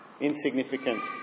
insignificant